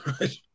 right